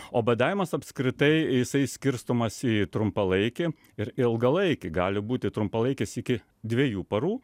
o badavimas apskritai jisai skirstomas į trumpalaikį ir ilgalaikį gali būti trumpalaikis iki dviejų parų